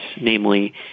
namely